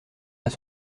pas